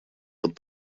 под